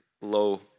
low